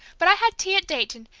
but i had tea at dayton,